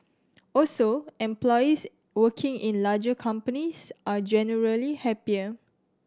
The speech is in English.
also employees working in larger companies are generally happier